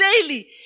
daily